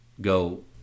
go